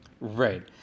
Right